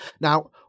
Now